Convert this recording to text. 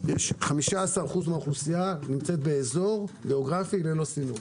15% מן האוכלוסייה נמצאת באזור גיאוגרפי ללא סינוף,